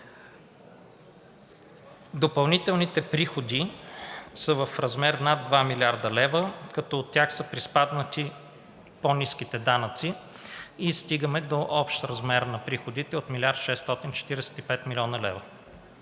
Допълнителните приходи са в размер над 2 млрд. лв., като от тях са приспаднати по-ниските данъци и стигаме до общ размер на приходите от 1 млрд. 645 млн. лв.